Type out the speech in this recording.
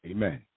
Amen